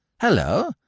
hello